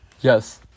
Yes